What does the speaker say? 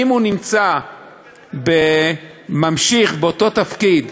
אם הוא ממשיך באותו תפקיד,